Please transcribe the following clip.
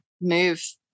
move